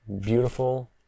beautiful